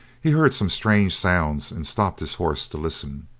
he heard some strange sounds, and stopped his horse to listen.